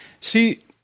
see